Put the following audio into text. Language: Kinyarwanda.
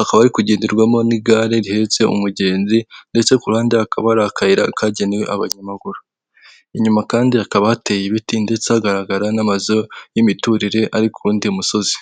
Akaba ari kugenderwamo n'igare rihetse umugenzi ndetse ku kuruhande akaba hsri akayira kagenewe abanyamaguru, inyuma kandi hakaba ateye ibiti ndetse hagaragara n'amazu y'imiturire ari ku wundi musozi.